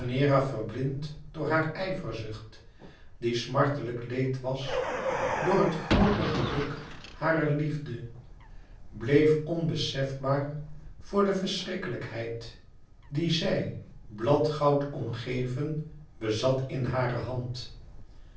verblind door haar ijverzucht die smartelijk leed was door het groote geluk harer liefde bleef onbesefbaar voor de verschrikkelijkheid die zij bladgoud omgeven bezag in hare hand